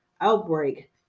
outbreak